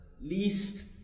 least